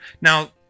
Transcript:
Now